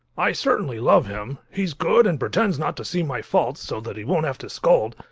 i certainly love him he's good and pretends not to see my faults, so that he won't have to scold,